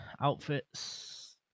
outfits